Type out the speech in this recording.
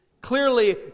Clearly